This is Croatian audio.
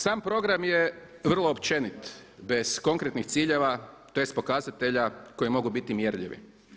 Sam program je vrlo općenit bez konkretnih ciljeva, tj. pokazatelja koji mogu biti mjerljivi.